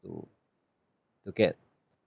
to to get